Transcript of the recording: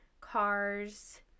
cars